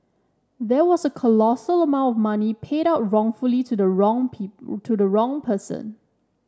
there was a colossal amount of money paid out wrongfully to the wrong people to the wrong person